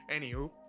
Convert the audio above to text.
anywho